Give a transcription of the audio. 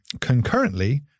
concurrently